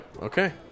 Okay